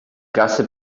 klasse